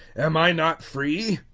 am i not free?